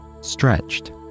stretched